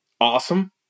Awesome